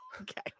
Okay